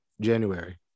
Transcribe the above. January